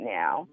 now